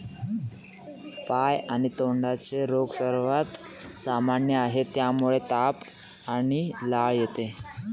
पाय आणि तोंडाचे रोग सर्वात सामान्य आहेत, ज्यामुळे ताप आणि लाळ येते